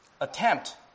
attempt